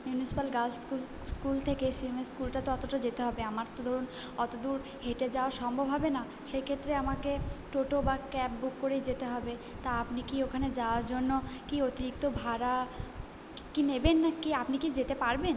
municipal girls school থেকে CMS স্কুলটা তো অতোটা যেতে হবে আমার তো ধরুন অতো দূর হেঁটে যাওয়া সম্ভব হবে না সেক্ষেত্রে আমাকে টোটো বা ক্যাব বুক করেই যেতে হবে তা আপনি কি ওখানে যাওয়ার জন্য কি অতিরিক্ত ভাড়া কি নেবেন না কি আপনি কি যেতে পারবেন